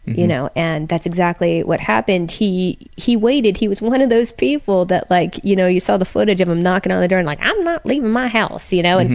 you know and that's exactly what happened. he he waited, he was one of those people that like, you know, you saw the footage of them knocking on the door and, like i'm not leaving my house. you you know? and